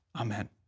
Amen